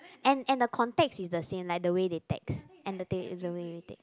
and and the context is the same like the way they text and they~ the way they